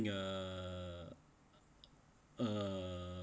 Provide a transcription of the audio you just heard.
uh uh